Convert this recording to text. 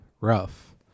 rough